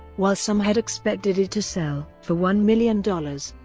while some had expected it to sell for one million dollars,